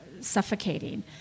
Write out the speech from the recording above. suffocating